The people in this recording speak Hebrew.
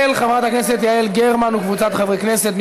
של חברת הכנסת יעל גרמן וקבוצת חברי הכנסת.